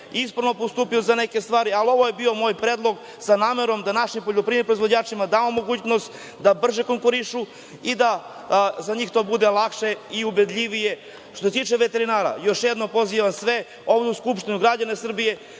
ispravno postupio za neke stvari, ali ovo je bio moj predlog sa namerom da našim poljoprivrednim proizvođačima damo mogućnost da brže konkurišu i da za njih to bude lakše i ubedljivije. Što se tiče veterinara, još jednom pozivam sve ovde u Skupštini, građane Srbije,